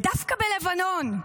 ודווקא בלבנון,